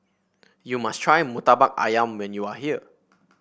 you must try murtabak ayam when you are here